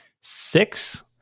six